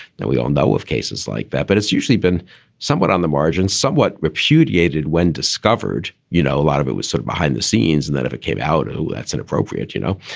we all know of cases like that, but it's usually been somewhat on the margins, somewhat repudiated when discovered. you know, a lot of it was sort of behind the scenes. and that if it came out to that's inappropriate, you know,